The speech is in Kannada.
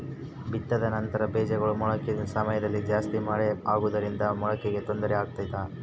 ಬಿತ್ತಿದ ನಂತರ ಬೇಜಗಳ ಮೊಳಕೆ ಸಮಯದಲ್ಲಿ ಜಾಸ್ತಿ ಮಳೆ ಆಗುವುದರಿಂದ ಮೊಳಕೆಗೆ ತೊಂದರೆ ಆಗುತ್ತಾ?